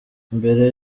mbere